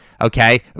Okay